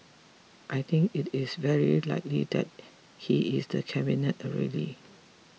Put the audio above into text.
I think it is very likely that he is the Cabinet already